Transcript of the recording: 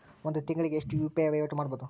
ಒಂದ್ ತಿಂಗಳಿಗೆ ಎಷ್ಟ ಯು.ಪಿ.ಐ ವಹಿವಾಟ ಮಾಡಬೋದು?